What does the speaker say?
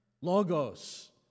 logos